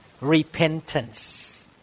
repentance